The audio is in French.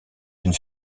une